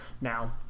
Now